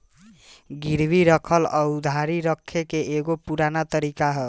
गिरवी राखल उधारी रखे के एगो पुरान तरीका होला